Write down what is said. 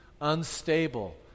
unstable